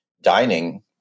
dining